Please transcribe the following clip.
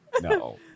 no